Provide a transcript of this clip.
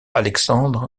alexandre